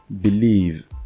believe